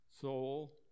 soul